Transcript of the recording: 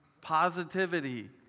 positivity